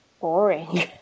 boring